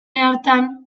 hartan